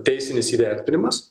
teisinis įvertinimas